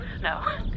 No